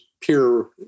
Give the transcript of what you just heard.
pure